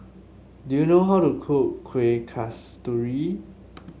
do you know how to cook Kuih Kasturi